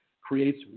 creates